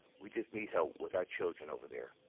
we just need help with our children over there.